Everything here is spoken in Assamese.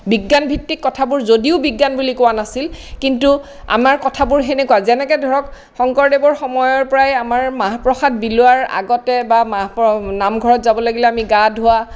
বিজ্ঞানভিত্তিক কথাবোৰ যদিও বিজ্ঞান বুলি কোৱা নাছিল কিন্তু আমাৰ কথাবোৰ সেনেকুৱা যেনেকে ধৰক শংকৰদেৱৰ সময়ৰ পৰাই আমাৰ মাহ প্ৰসাদ বিলোৱাৰ আগতে বা নামঘৰত যাব লাগিলে আমি গা ধোৱা